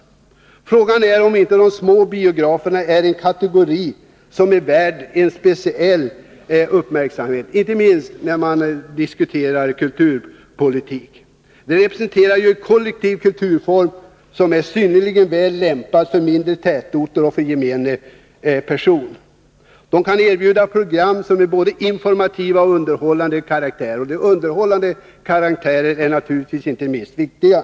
Frågan är om inte de små biograferna är en kategori som är värd en speciell uppmärksamhet, inte minst när vi diskuterar kulturpolitik. De representerar ju en kollektiv kulturform som är synnerligen väl lämpad för mindre tätorter och för gemene man. De kan erbjuda program av både informativ och underhållande karaktär — och det underhållande momentet är naturligtvis det inte minst viktiga.